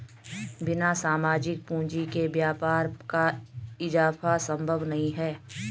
बिना सामाजिक पूंजी के व्यापार का इजाफा संभव नहीं है